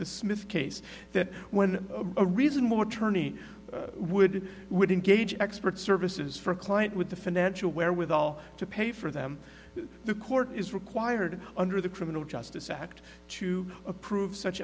the smith case that when a reason more tourney would would engage expert services for a client with the financial wherewithal to pay for them the court is required under the criminal justice act to approve such